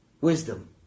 wisdom